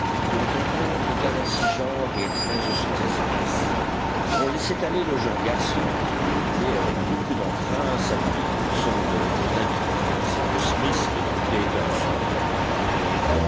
dont on compte quarante-six genres et treize cents espèces on laissait aller le jeune garçon qui débitait avec beaucoup d'entrain sa petite leçon de botanique cyrus smith l'écoutait en souriant et